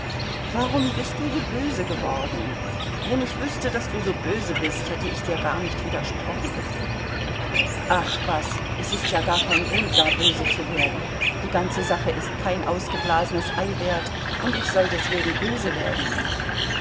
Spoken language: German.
warum bist du so böse geworden wenn ich wüßte daß du so böse bist hätte ich dir gar nicht widersprochen ach was es ist ja gar kein grund da böse zu werden die ganze sache ist kein ausgeblasenes ei wert und ich soll deswegen böse werden